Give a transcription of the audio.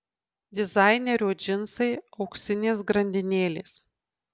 dizainerio džinsai auksinės grandinėlės